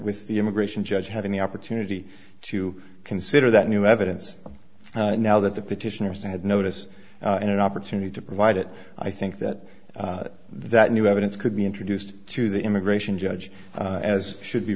with the immigration judge having the opportunity to consider that new evidence now that the petitioners had notice and an opportunity to provide it i think that that new evidence could be introduced to the immigration judge as should be